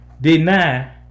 deny